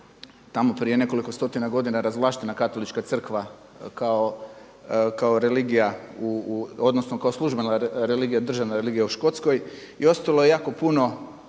tamo prije nekoliko stotina godina razvlaštena Latolička crkva kao religija, odnosno kao službena religija, državna religija u Škotskoj i ostalo je jako puno